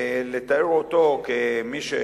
לתאר אותו כמי,